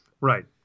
Right